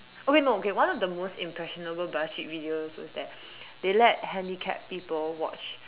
okay no okay one of the most impressionable Buzzfeed videos was that they let handicapped people watch